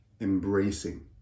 embracing